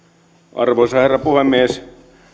arvoisa herra puhemies